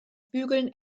bügeln